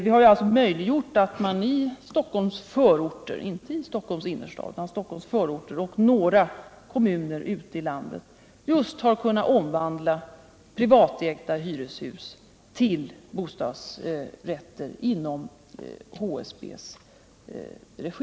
Vi har sålunda möjliggjort att man i Stockholms förorter — inte i innerstaden — och i några kommuner utc i landet just har kunnat omvandla privatägda hyreslägenheter till bostadsrätter i HSB:s regi.